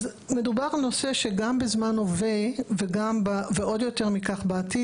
אז מדובר נושא שגם בזמן הווה ועוד יותר מכך בעתיד,